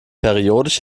periodisch